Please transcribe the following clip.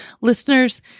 Listeners